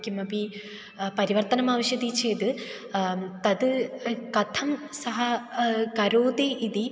किमपि परिवर्तनम् आवश्यकमिति चेद् तद् कथं सः करोति इति